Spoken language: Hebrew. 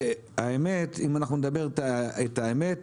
את האמת,